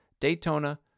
Daytona